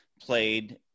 played